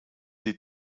die